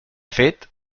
fet